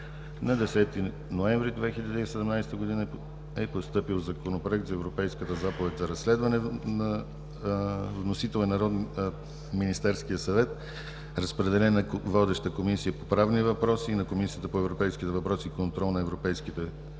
На 10 ноември 2017 г. е постъпил Законопроект за европейската заповед за разследване. Вносител е Министерският съвет. Разпределен е на водеща Комисия по правните въпроси и на Комисията по европейските въпроси и контрол на европейските фондове.